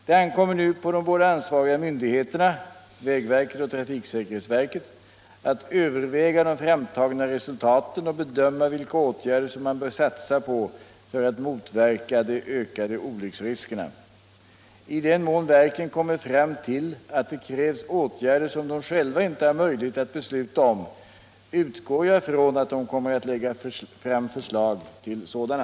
Det ankommer nu på de båda ansvariga myndigheterna — vägverket och trafiksäkerhetsverket — att överväga de framtagna resultaten och bedöma vilka åtgärder som man bör satsa på för att motverka de ökade olycksriskerna. I den mån verken kommer fram till att det krävs åtgärder som de själva inte har möjlighet att besluta om utgår jag från att de kommer att lägga fram förslag till sådana.